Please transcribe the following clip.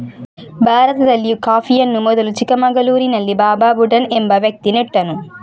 ಭಾರತದಲ್ಲಿ ಕಾಫಿಯನ್ನು ಮೊದಲು ಚಿಕ್ಕಮಗಳೂರಿನಲ್ಲಿ ಬಾಬಾ ಬುಡನ್ ಎಂಬ ವ್ಯಕ್ತಿ ನೆಟ್ಟನು